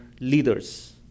leaders